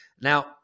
Now